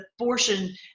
abortion